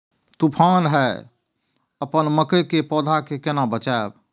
तुफान है अपन मकई के पौधा के केना बचायब?